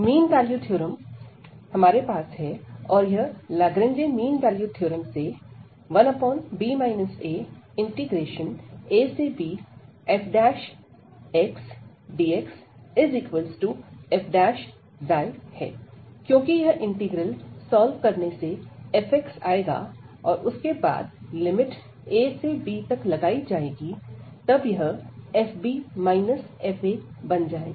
mean value theorem हमारे पास है और यहां लाग्रंजे मीन वैल्यू थ्योरम से 1b aabfxdxf क्योंकि यह इंटीग्रल सॉल्व करने से fआएगा और उसके बाद लिमिट a से b तक लगाई जाएगी तब यह fb fa बन जाएगा